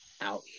out